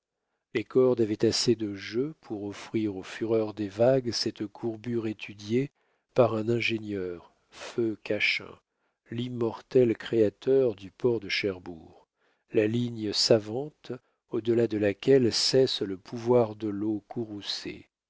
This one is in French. les cordes avaient assez de jeu pour offrir aux fureurs des vagues cette courbure étudiée par un ingénieur feu cachin l'immortel créateur du port de cherbourg la ligne savante au delà de laquelle cesse le pouvoir de l'eau